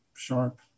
sharp